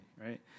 right